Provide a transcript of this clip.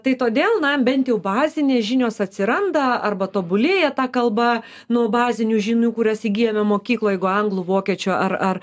tai todėl na bent jau bazinės žinios atsiranda arba tobulėja ta kalba nuo bazinių žinių kurias įgyjame mokykloje jeigu anglų vokiečių ar ar